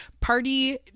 Party